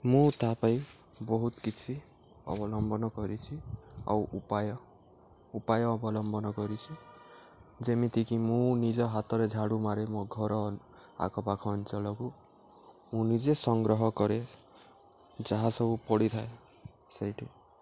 ମୁଁ ତା ପାଇଁ ବହୁତ କିଛି ଅବଲମ୍ବନ କରିଛି ଆଉ ଉପାୟ ଉପାୟ ଅବଲମ୍ବନ କରିଛି ଯେମିତିକି ମୁଁ ନିଜ ହାତରେ ଝାଡ଼ୁ ମାରେ ମୋ ଘର ଆଖପାଖ ଅଞ୍ଚଳକୁ ମୁଁ ନିଜେ ସଂଗ୍ରହ କରେ ଯାହା ସବୁ ପଡ଼ିଥାଏ ସେଇଠି